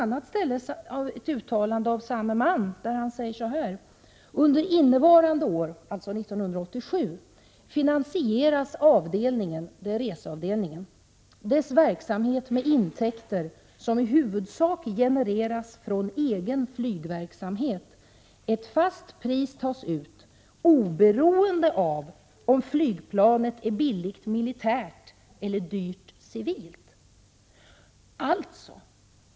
Men i ett annat uttalande säger samme man: ”Under innevarande år finansieras reseavdelningens verksamhet med intäkter som i huvudsak genereras från egen flygverksamhet. Ett fast pris tas ut oberoende av om flygplanet är billigt militärt eller dyrt civilt.” Alltså!